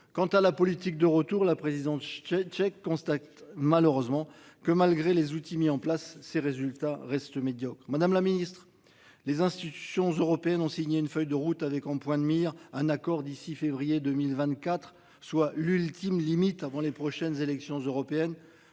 Quant à la politique de retour, la présidente je check constate malheureusement que malgré les outils mis en place ces résultats restent médiocres Madame la Ministre les institutions européennes ont signé une feuille de route avec en point de mire un accord d'ici février 2024 soit l'ultime limite avant les prochaines élections européennes.